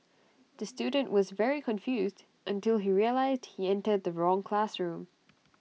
the student was very confused until he realised he entered the wrong classroom